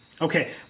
Okay